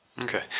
Okay